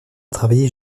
travailler